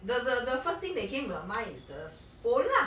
the the the first thing that came to my mind is the phone lah